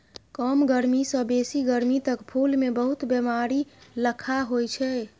कम गरमी सँ बेसी गरमी तक फुल मे बहुत बेमारी लखा होइ छै